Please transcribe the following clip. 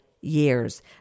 years